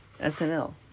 SNL